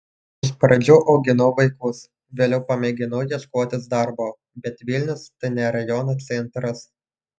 iš pradžių auginau vaikus vėliau pamėginau ieškotis darbo bet vilnius tai ne rajono centras